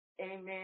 Amen